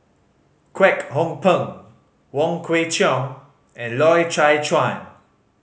Kwek Hong Png Wong Kwei Cheong and Loy Chye Chuan